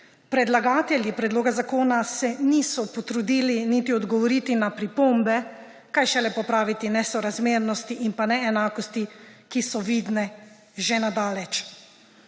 Predlagatelji predloga zakona se niso potrudili niti odgovoriti na pripombe, kaj šele popraviti nesorazmernosti in neenakosti, ki so vidne že na daleč.